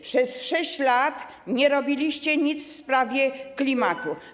Przez 6 lat nie robiliście nic w sprawie klimatu.